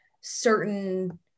certain